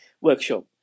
workshop